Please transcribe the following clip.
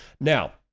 Now